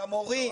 למורים,